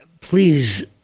please